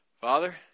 Father